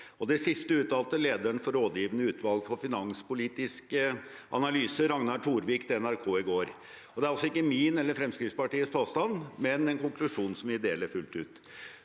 Det siste uttalte lederen for rådgivende utvalg for finanspolitiske analyser, Ragnar Torvik, til NRK i går. Det er altså ikke min eller Fremskrittspartiets påstand, men en konklusjon som vi deler fullt ut.